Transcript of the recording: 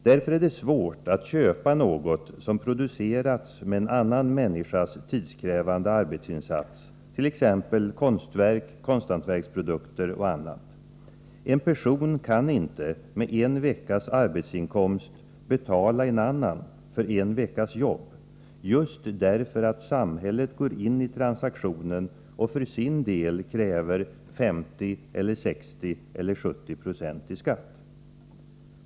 Därför är det svårt att köpa något som producerats med en annan människas tidskrävande arbetsinsats, t.ex. konstverk och konsthantverksprodukter. En person kan inte med en veckas arbetsinkomst betala en annan för en veckas jobb, just därför att samhället går in i transaktionen och för sin del kräver 50, 60 eller 70 90 i skatt.